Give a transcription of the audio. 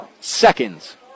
seconds